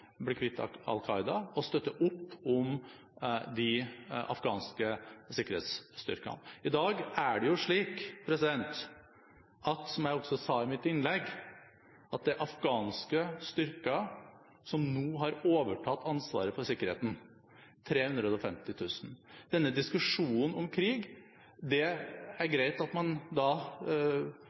bli kvitt Al Qaida og støtte opp om de afghanske sikkerhetsstyrkene. I dag er det slik, som jeg også sa i mitt innlegg, at det er afghanske styrker som nå har overtatt ansvaret for sikkerheten – 350 000. Det er greit at man